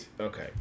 Okay